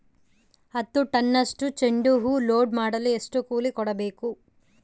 ಹತ್ತು ಟನ್ನಷ್ಟು ಚೆಂಡುಹೂ ಲೋಡ್ ಮಾಡಲು ಎಷ್ಟು ಕೂಲಿ ಕೊಡಬೇಕು?